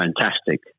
fantastic